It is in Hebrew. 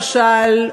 למשל,